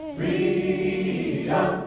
freedom